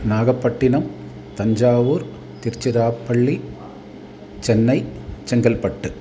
Nagapattinam Thanjavur Tiruchirappalli Chennai Chengalpattu